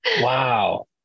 Wow